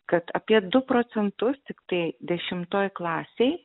kad apie du procentus tiktai dešimtoj klasėj